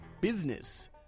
Business